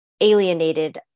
alienated